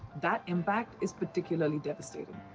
that impact is particularly devastating.